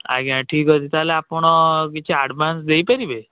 ଆଜ୍ଞା ଠିକ୍ ଅଛି ତା'ହେଲେ ଆପଣ କିଛି ଆଡ଼ଭାନ୍ସ ଦେଇ ପାରିବେ